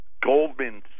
Goldman